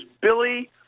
Billy